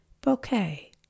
bouquet